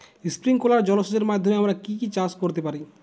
Sprinkler জলসেচের মাধ্যমে আমরা কি কি চাষ করতে পারি?